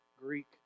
Greek